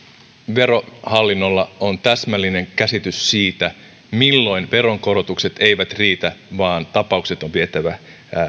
verohallinnolla on täsmällinen käsitys siitä milloin veronkorotukset eivät riitä vaan tapaukset on vietävä